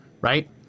right